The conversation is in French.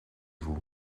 vous